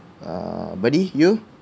uh buddy you